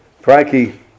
Frankie